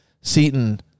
Seton